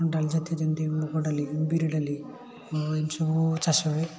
ଡାଲି ଜାତୀୟ ଯେମିତି ମୁଗ ଡାଲି ବିରି ଡାଲି ହୁଁ ଏମିତି ସବୁ ଚାଷ ହୁଏ